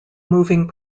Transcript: moving